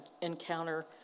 encounter